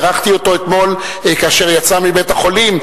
בירכתי אותו אתמול כאשר יצא מבית-החולים,